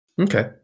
Okay